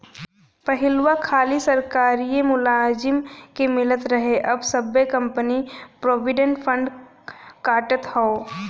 पहिलवा खाली सरकारिए मुलाजिम के मिलत रहे अब सब्बे कंपनी प्रोविडेंट फ़ंड काटत हौ